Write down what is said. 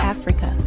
Africa